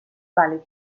vàlid